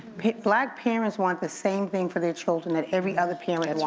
black parents want the same thing for their children that every other parent and yeah